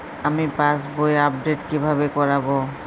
আমি পাসবই আপডেট কিভাবে করাব?